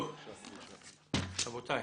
טוב, רבותיי,